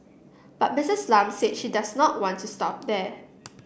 but Missus Lam said she does not want to stop there